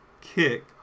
kick